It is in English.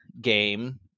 game